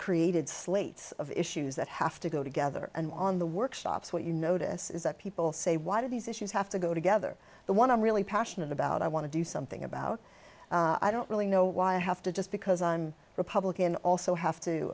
created slates of issues that have to go together and on the workshops what you notice is that people say why do these issues have to go together the one i'm really passionate about i want to do something about i don't really know why i have to just because i'm a republican also have to